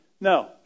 No